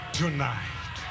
tonight